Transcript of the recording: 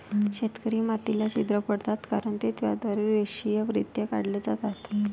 शेतकरी मातीला छिद्र पाडतात कारण ते त्याद्वारे रेषीयरित्या काढले जातात